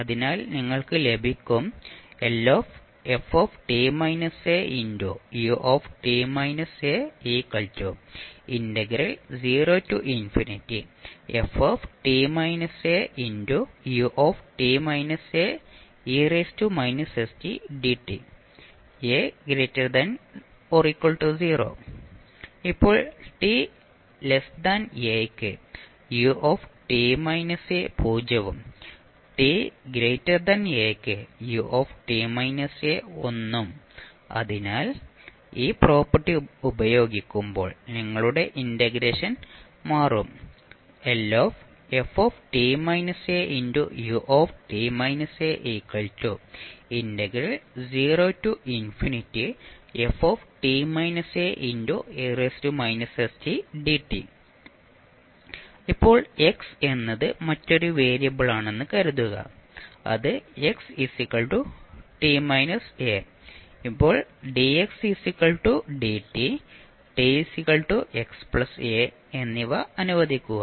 അതിനാൽ നിങ്ങൾക്ക് ലഭിക്കും ഇപ്പോൾ ta യ്ക്ക് ut − a 0 ഉം ta യ്ക്ക് ut − a 1 ഉം അതിനാൽ ഈ പ്രോപ്പർട്ടി പയോഗിക്കുമ്പോൾ നിങ്ങളുടെ ഇന്റഗ്രേഷൻ മാറും ഇപ്പോൾ x എന്നത് മറ്റൊരു വേരിയബിളാണെന്ന് കരുതുക അത് xt a ഇപ്പോൾ dx dt t x a എന്നിവ അനുവദിക്കുക